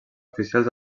oficials